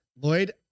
Lloyd